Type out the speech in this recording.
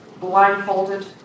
blindfolded